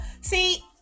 See